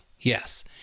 Yes